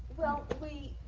well, we